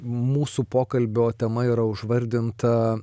mūsų pokalbio tema yra užvardinta